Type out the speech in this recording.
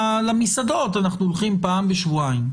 למסעדות אנחנו הולכים פעם בשבועיים,